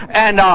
and